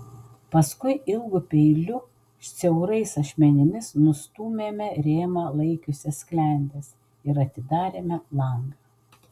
paskui ilgu peiliu siaurais ašmenimis nustūmėme rėmą laikiusias sklendes ir atidarėme langą